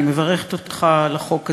אני מברכת אותך על החוק הזה.